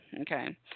okay